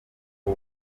w’u